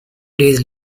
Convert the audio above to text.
days